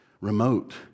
remote